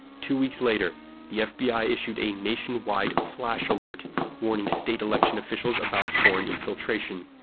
two weeks later the fbi issued a nationwide flash alert warning state election officials about foreign infiltration.